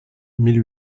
mille